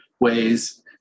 Ways